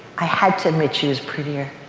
i had to admit she was prettier.